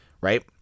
right